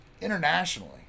internationally